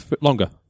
longer